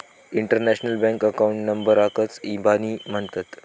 international bank account नंबराकच इबानी म्हणतत